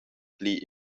pli